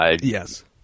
Yes